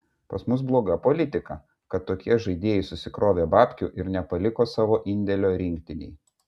pas mus bloga politika kad tokie žaidėjai susikrovė babkių ir nepaliko savo indėlio rinktinei